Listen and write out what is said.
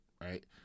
right